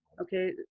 Okay